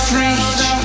reach